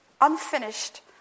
unfinished